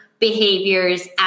Behaviors